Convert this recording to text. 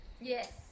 Yes